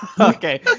okay